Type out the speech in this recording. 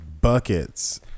buckets